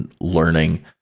learning